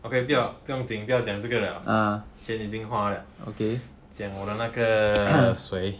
okay 不要不用紧不要讲这个 liao 钱已经花了讲我的那个谁